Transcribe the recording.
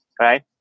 right